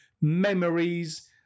memories